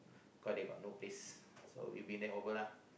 cause they got no place so will be there over lah